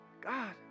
God